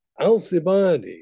Alcibiades